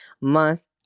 Month